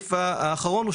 הסעיף האחרון,